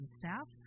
staff